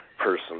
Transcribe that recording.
person